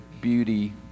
beauty